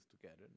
together